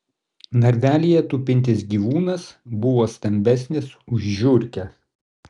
narvelyje tupintis gyvūnas buvo stambesnis už žiurkę